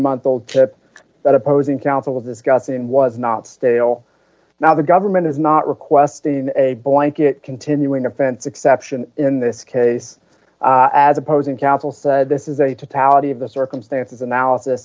month old tip that opposing counsel discussing was not stale now the government is not requesting a blanket continuing defense exception in this case as opposing counsel said this is a to tally of the circumstances analysis